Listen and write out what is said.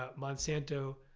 ah monsanto,